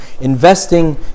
Investing